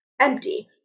empty